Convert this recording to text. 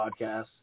podcasts